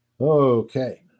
Okay